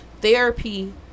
therapy